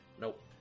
Nope